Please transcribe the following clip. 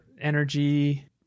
energy